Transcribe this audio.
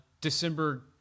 December